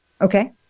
Okay